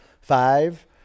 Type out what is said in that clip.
Five